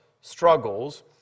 struggles